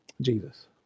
Jesus